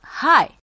Hi